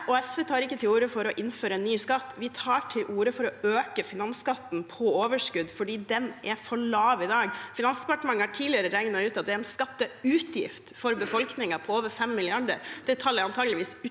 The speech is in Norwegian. SV tar ikke til orde for å innføre en ny skatt, vi tar til orde for å øke finansskatten på overskudd fordi den er for lav i dag. Finansdepartementet har tidligere regnet ut at det er en skatteutgift for befolkningen på over 5 mrd. kr. Det tallet er antakeligvis utrolig